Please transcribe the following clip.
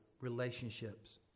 relationships